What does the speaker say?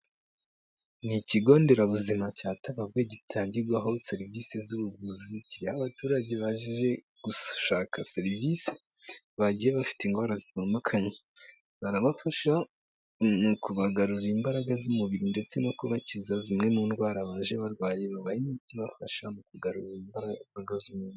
Ni ikigo nderabuzima cya Tabagwe gitangirwaho serivisi z'ubuvuzi kiriho abaturage baje gushaka serivisi bagiye bafite indwara zitandukanye, barabafasha mu kubagarurira imbaraga z'umubiri ndetse no kubakiza zimwe mu ndwara baje barwaye, babahe imiti ibafasha mu kugarurira imbaraga z'umubiri.